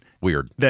Weird